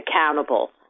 accountable